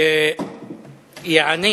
יענה